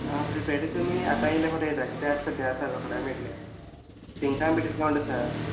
आं प्रिपॅरी तुमी आतां येयल्या परी आता कित्याक सद्याक सर रोकड्या मेळट्ले तेंकां बी डिसकावंट आसा